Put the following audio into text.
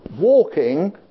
walking